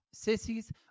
sissies